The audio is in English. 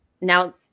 now